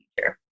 future